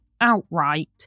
outright